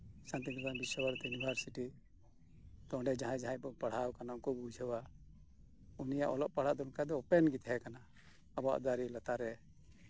Santiniketan Visva Bharati university ᱚᱱᱰᱮ ᱡᱟᱸᱦᱟᱭ ᱡᱟᱸᱦᱟᱭ ᱠᱚ ᱯᱟᱲᱦᱟᱣ ᱠᱟᱱᱟ ᱩᱱᱠᱩ ᱠᱚ ᱵᱩᱡᱷᱟᱹᱣᱟ ᱩᱱᱤᱭᱟᱜ ᱚᱞᱚᱜ ᱯᱟᱲᱦᱟᱜ ᱫᱚ ᱚᱯᱮᱱ ᱜᱮ ᱛᱟᱸᱦᱮ ᱠᱟᱱᱟ ᱟᱵᱚᱣᱟᱜ ᱫᱟᱨᱮ ᱞᱟᱛᱟᱨ ᱨᱮ